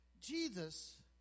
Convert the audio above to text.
Jesus